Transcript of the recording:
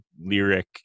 lyric